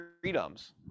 freedoms